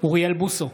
אוריאל בוסו,